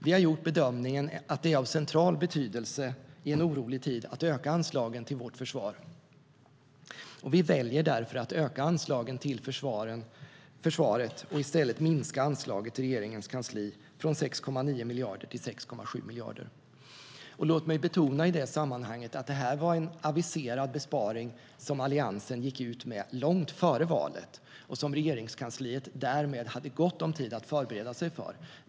Vi har gjort bedömningen att det är av central betydelse i en orolig tid att öka anslagen till vårt försvar, och vi väljer därför att öka anslaget till försvaret och i stället minska anslaget till regeringens kansli från 6,9 miljarder till 6,7 miljarder. Låt mig i sammanhanget betona att detta var en aviserad besparing som Alliansen gick ut med långt före valet och som Regeringskansliet därmed hade gott om tid att förbereda sig för.